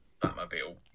Batmobile